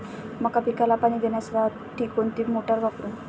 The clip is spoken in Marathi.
मका पिकाला पाणी देण्यासाठी कोणती मोटार वापरू?